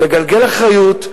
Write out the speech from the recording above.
מגלגל אחריות,